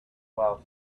while